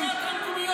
אלה תוכניות חומש,